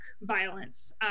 violence